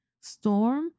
Storm